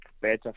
better